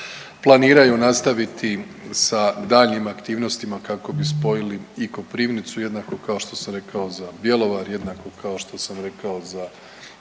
planiraju nastaviti sa daljim aktivnostima kako bi spojili i Koprivnicu jednako kao što sam rekao za Bjelovar, jednako kao što sam rekao za